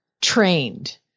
trained